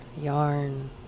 yarn